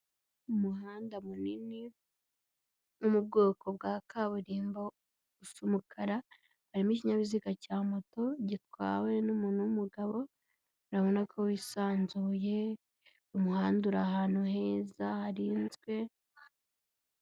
Umuhanda munini wo mu bwoko bwa kaburimbo usa umukara, harimo ikinyabiziga cya moto gitwawe n'umuntu w'umugabo urabona ko wisanzuye, umuhanda uri ahantu heza harinzwe.